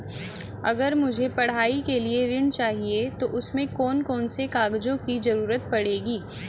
अगर मुझे पढ़ाई के लिए ऋण चाहिए तो उसमें कौन कौन से कागजों की जरूरत पड़ेगी?